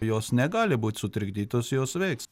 jos negali būt sutrikdytos jos veiks